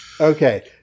Okay